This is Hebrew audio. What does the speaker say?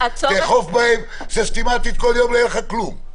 תאכוף בהם סיסטמתית כל יום, לא יהיה לך כלום.